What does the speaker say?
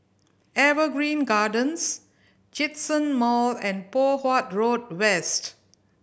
Evergreen Gardens Djitsun Mall and Poh Huat Road West